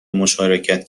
مشارکت